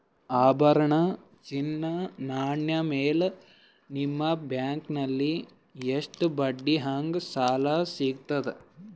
ಆಭರಣ, ಚಿನ್ನದ ನಾಣ್ಯ ಮೇಲ್ ನಿಮ್ಮ ಬ್ಯಾಂಕಲ್ಲಿ ಎಷ್ಟ ಬಡ್ಡಿ ಹಂಗ ಸಾಲ ಸಿಗತದ?